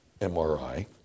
MRI